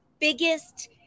biggest